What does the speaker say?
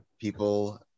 people